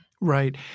Right